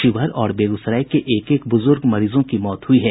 शिवहर और बेगूसराय के एक एक बुजुर्ग मरीजों की मौत हुई है